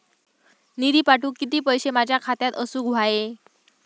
निधी पाठवुक किती पैशे माझ्या खात्यात असुक व्हाये?